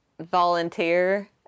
volunteer